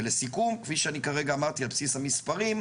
ולסיכום, כפי שאני כרגע אמרתי, על בסיס המספרים,